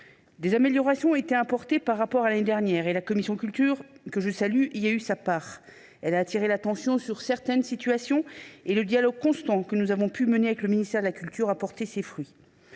Des améliorations ont été apportées par rapport à l’année dernière et la commission de la culture, dont je salue les membres, y a pris sa part. Elle a attiré l’attention sur certaines difficultés et le dialogue constant que nous avons pu mener avec le ministère de la culture a porté ses fruits.